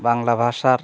বাংলা ভাষার